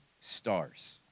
stars